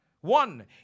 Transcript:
One